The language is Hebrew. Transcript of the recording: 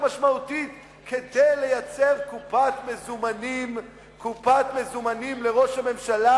משמעותית כדי לייצר קופת מזומנים לראש הממשלה,